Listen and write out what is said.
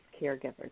caregivers